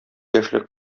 яшьлек